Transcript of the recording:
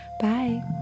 Bye